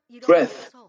breath